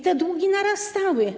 Te długi narastały.